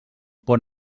pon